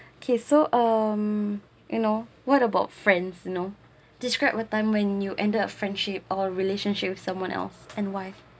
okay so um you know what about friends you know described what time when you enter a friendship or relationship with someone else and why